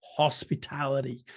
hospitality